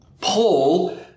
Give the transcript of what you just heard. Paul